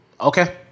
Okay